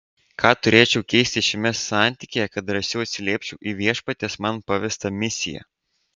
ką turėčiau keisti šiame santykyje kad drąsiau atsiliepčiau į viešpaties man pavestą misiją